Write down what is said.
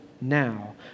now